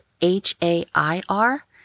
H-A-I-R